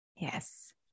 Yes